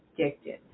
addicted